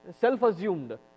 self-assumed